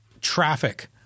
traffic